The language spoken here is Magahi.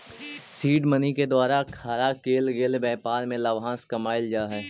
सीड मनी के द्वारा खड़ा केल गेल व्यापार से लाभांश कमाएल जा हई